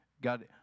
God